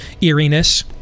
eeriness